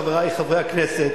חברי חברי הכנסת,